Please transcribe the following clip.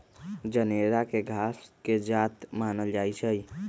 जनेरा के घास के जात मानल जाइ छइ